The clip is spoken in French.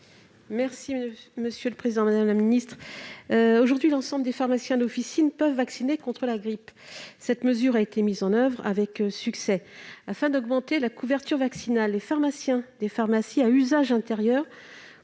présenter l'amendement n° 20 rectifié . Aujourd'hui, l'ensemble des pharmaciens d'officines peut vacciner contre la grippe. Cette mesure a été mise en oeuvre avec succès. Afin d'augmenter la couverture vaccinale, les pharmaciens des pharmacies à usage intérieur,